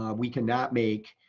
um we can not make,